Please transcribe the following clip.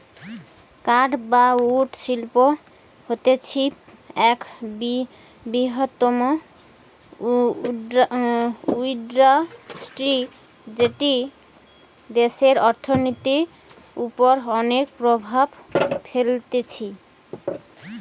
কাঠ বা উড শিল্প হতিছে এক বৃহত্তম ইন্ডাস্ট্রি যেটি দেশের অর্থনীতির ওপর অনেক প্রভাব ফেলতিছে